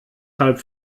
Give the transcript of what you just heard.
halb